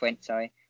sorry